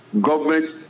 government